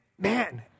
man